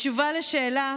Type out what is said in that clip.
בתשובה על השאלה